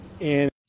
and-